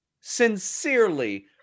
Sincerely